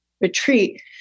retreat